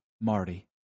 Marty